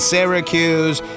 Syracuse